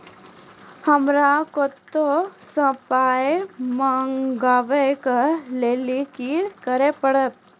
हमरा कतौ सअ पाय मंगावै कऽ लेल की करे पड़त?